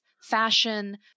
fashion